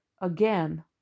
again